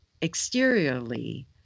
exteriorly